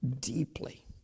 deeply